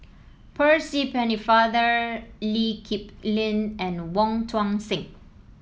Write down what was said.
Percy Pennefather Lee Kip Lin and Wong Tuang Seng